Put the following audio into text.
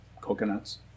coconuts